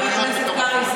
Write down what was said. חבר הכנסת קרעי,